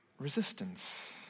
Resistance